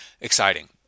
exciting